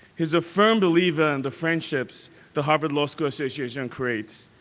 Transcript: is a firm believer in the friendships the harvard law school association creates,